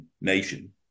nation